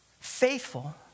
Faithful